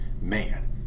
man